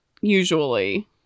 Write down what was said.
usually